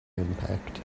impact